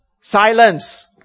silence